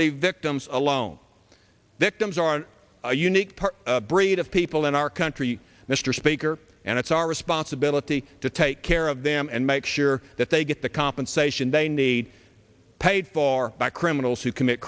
leave victims alone victims are a unique part breed of people in our country mr speaker and it's our responsibility to take care of them and make sure that they get the compensation they need paid for by criminals who commit